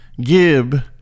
Gib